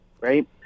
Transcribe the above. right